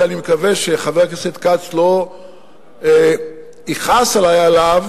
שאני מקווה שחבר הכנסת כץ לא יכעס עלי עליו: